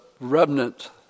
remnant